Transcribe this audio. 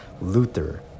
Luther